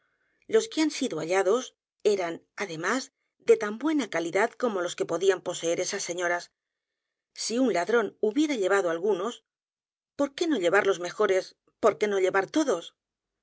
los que han sido hallados eran además de tan buena calidad como los que podían poseer esas señor a s si un ladrón hubiera llevado algunos por qué n o llevar los mejores por qué no llevar todos